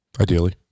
Ideally